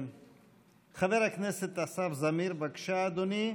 חבר הכנסת אסף זמיר, בבקשה, אדוני,